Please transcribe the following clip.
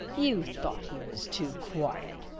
you thought he was too quiet!